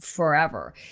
forever